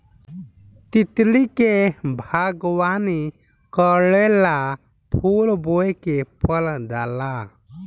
तितली के बागवानी करेला फूल बोए के पर जाला